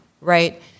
right